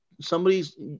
Somebody's